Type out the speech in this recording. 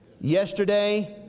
yesterday